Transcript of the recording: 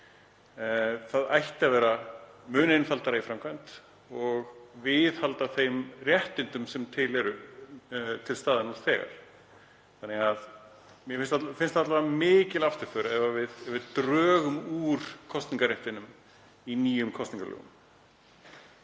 Það ætti að vera mun einfaldara í framkvæmd og viðhalda þeim réttindum sem eru til staðar nú þegar. Mér finnst alla vega mikil afturför ef við drögum úr kosningarréttinum í nýjum kosningalögum.